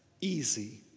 easy